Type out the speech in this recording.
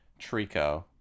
Trico